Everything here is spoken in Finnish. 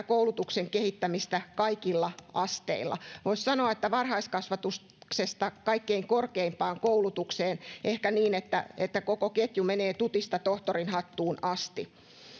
koulutuksen kehittämistä kaikilla asteilla voisi sanoa että varhaiskasvatuksesta kaikkein korkeimpaan koulutukseen ehkä niin että että koko ketju menee tutista tohtorinhattuun asti